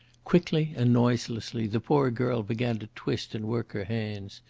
quickly and noiselessly the poor girl began to twist and work her hands.